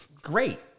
great